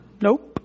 Nope